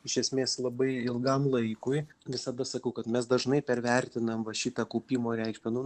iš esmės labai ilgam laikui visada sakau kad mes dažnai pervertinam va šitą kaupimo reikšmę nu